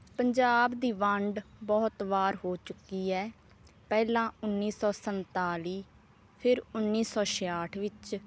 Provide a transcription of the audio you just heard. ਪੰਜਾਬ ਦੀ ਵੰਡ ਬਹੁਤ ਵਾਰ ਹੋ ਚੁੱਕੀ ਹੈ ਪਹਿਲਾਂ ਉੱਨੀ ਸੌ ਸੰਤਾਲੀ ਫੇਰ ਉੱਨੀ ਸੌ ਛਿਆਹਠ ਵਿੱਚ